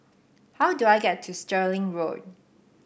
how do I get to Stirling Road